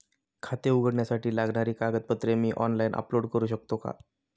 खाते उघडण्यासाठी लागणारी कागदपत्रे मी ऑनलाइन अपलोड करू शकतो का?